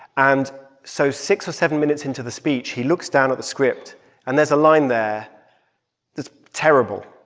and so six or seven minutes into the speech, he looks down at the script and there's a line there that's terrible.